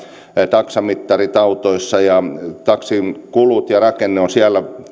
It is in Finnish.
taksamittarit autoissa ja taksin kulut ja rakenne ovat siellä